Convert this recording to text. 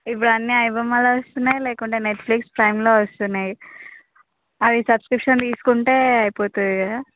ఇప్పుడు అన్నీ ఐబొమ్మలో వస్తున్నాయి లేకుంటే నెట్ఫ్లిక్స్ ప్రైమ్లో వస్తున్నాయి అది సబ్స్క్రిప్షన్ తీసుకుంటే అయిపోతుంది కదా